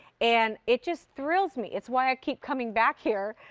and it just thrills me. it's why i keep coming back here.